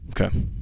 Okay